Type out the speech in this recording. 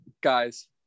guys